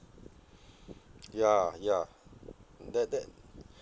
ya ya mm that that